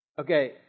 Okay